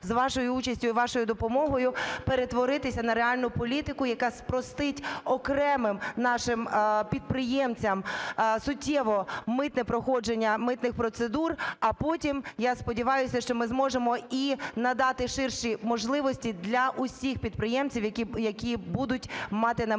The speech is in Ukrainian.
за вашою участю і вашою допомогою перетворитися на реальну політику, яка спростить окремим нашим підприємцям суттєво митне проходження митних процедур. А потім, я сподіваюсь, що ми з можемо і надати ширші можливості для усіх підприємців, які будуть мати на